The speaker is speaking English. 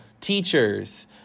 teachers